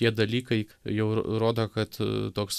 tie dalykai jau rodo kad toks